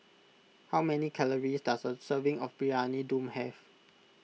how many calories does a serving of Briyani Dum have